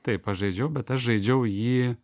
taip aš žaidžiau bet aš žaidžiau jį